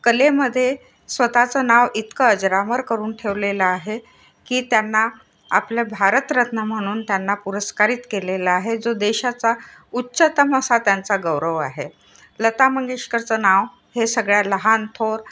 कलेमध्ये स्वतःचं नाव इतकं अजरामर करून ठेवलेलं आहे की त्यांना आपलं भारतरत्न म्हणून त्यांना पुरस्कारीत केलेला आहे जो देशाचा उच्चतम असा त्यांचा गौरव आहे लता मंगेशकरचं नाव हे सगळ्या लहानथोर